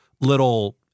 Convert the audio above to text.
little